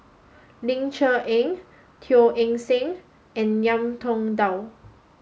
Ling Cher Eng Teo Eng Seng and Ngiam Tong Dow